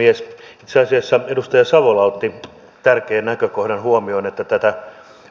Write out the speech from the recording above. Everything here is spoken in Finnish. itse asiassa edustaja savola otti tärkeän näkökohdan huomioon että tätä